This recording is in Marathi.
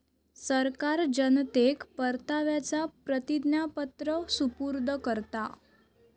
सरकार जनतेक परताव्याचा प्रतिज्ञापत्र सुपूर्द करता